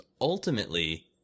ultimately